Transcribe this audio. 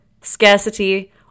scarcity